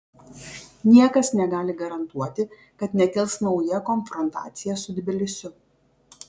niekas negali garantuoti kad nekils nauja konfrontacija su tbilisiu